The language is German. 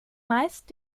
meist